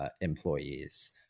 employees